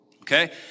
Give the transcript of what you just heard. Okay